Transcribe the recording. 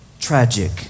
tragic